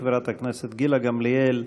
חברת הכנסת גילה גמליאל,